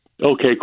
Okay